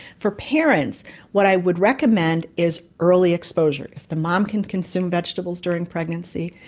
for parents what i would recommend is early exposure. if the mom can consume vegetables during pregnancy,